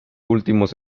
últimos